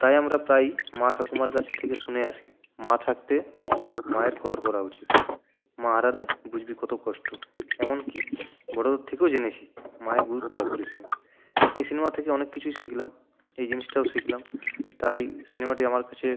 তাই আমরা প্রায়ই মা ঠাকুমার কাছ থেকে শুনে আসি মা থাকতে মায়ের কদর করা উচিত মা হারালে বুঝবি কত কষ্ট এমন কি বড়দের থেকেও জেনেছি মায়ের গুরুত্ব অপরিসীম এই সিনেমা থেকে অনেক কিছুই শিখলাম এই জিনিসটাও শিখলাম তাই সিনেমাটি আমার কাছে